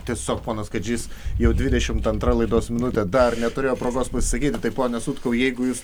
tiesiog ponas kadžys jau dvidešimt antra laidos minutė dar neturėjo progos pasakyti taip pone sutkau jeigu jūs